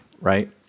right